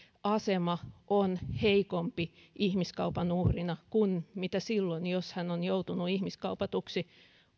asema on heikompi ihmiskaupan uhrina kuin silloin jos hän on joutunut ihmiskaupatuksi